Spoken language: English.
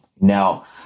Now